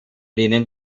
denen